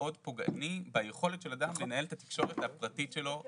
מאוד פוגעני ביכולת של אדם לנהל את התקשורת הפרטית שלו בווטסאפ.